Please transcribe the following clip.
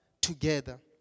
together